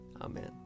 Amen